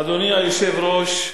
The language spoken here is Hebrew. אדוני היושב-ראש,